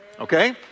Okay